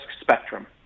spectrum